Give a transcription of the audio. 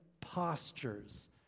postures